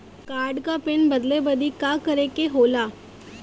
Card क pin बदले बदी का करे के होला?